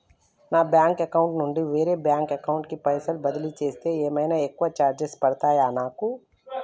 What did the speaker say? నా bank account నుండి వేరే బ్యాంక్ అకౌంట్ కి పైసల్ బదిలీ చేస్తే ఏమైనా ఎక్కువ చార్జెస్ పడ్తయా నాకు?